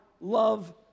love